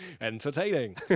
Entertaining